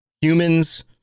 humans